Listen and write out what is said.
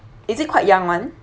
is it quite young [one]